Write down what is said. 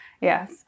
Yes